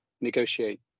negotiate